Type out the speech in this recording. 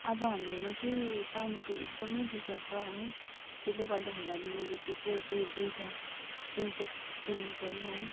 अब हाम्रोमा चाहिँ पानीको एकदमै दुःख छ है त्यसले गर्दाखेरि अब मैले त्यत्रो दुइटा सिन्टेक्स किन्नु पर्यो है